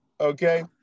okay